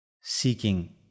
seeking